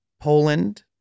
Poland